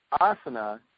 Asana